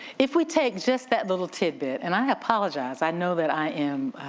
if we take just that little tidbit, and i apologize i know that i am,